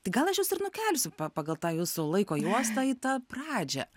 tai gal aš jus ir nukelsiu pa pagal tą jūsų laiko juostą į tą pradžią